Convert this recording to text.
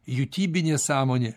jutiminė sąmonė